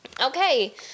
Okay